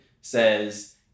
says